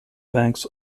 banks